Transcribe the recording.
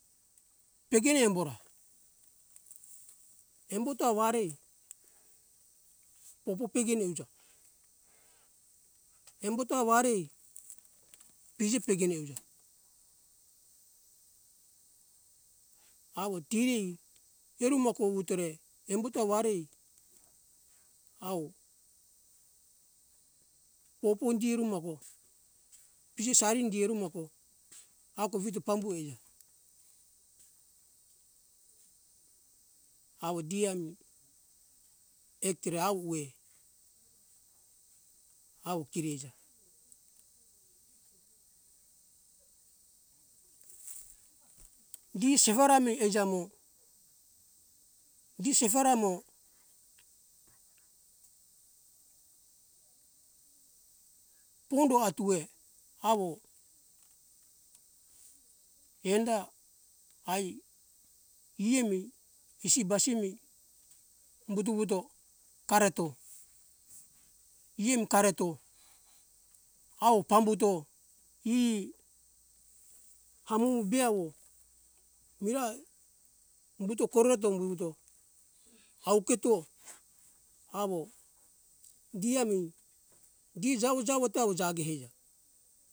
Pegene embo ra embo ta warai pobo pegene euja embota ta warai piji pegene euja awo tiri erumo kovutore embo ta warai awo popo indi rumago pije sari indi rumago ako vito pambu eija awo di ami actere awue awo kiri eija di sehora mi eija mo di sefora mo pondo atuwe awo enda ai iemi isi basi mi umbuto wuto kareto imu kareto awo pambuto e amu beawo miai umbuto korereto wuwuto auketo awo giami gi jawo jawo tawo jage eija